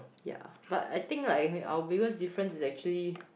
ya but I think like our biggest difference is actually